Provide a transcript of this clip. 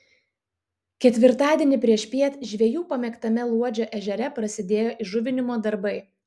ketvirtadienį priešpiet žvejų pamėgtame luodžio ežere prasidėjo įžuvinimo darbai